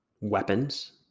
weapons